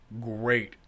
great